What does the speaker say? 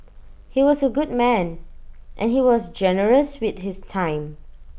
he was A good man and he was generous with his time